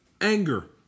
anger